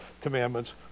commandments